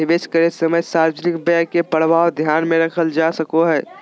निवेश करे समय सार्वजनिक व्यय के प्रभाव ध्यान में रखल जा सको हइ